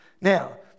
Now